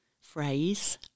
phrase